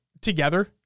together